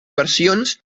versions